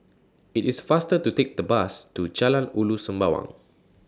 IT IS faster to Take The Bus to Jalan Ulu Sembawang